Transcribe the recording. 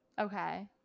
Okay